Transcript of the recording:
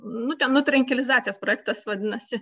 nu ten nutrinkelizacijos projektas vadinasi